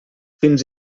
fins